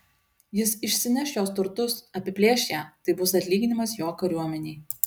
jis išsineš jos turtus apiplėš ją tai bus atlyginimas jo kariuomenei